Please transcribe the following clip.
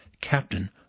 captain